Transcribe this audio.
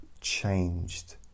changed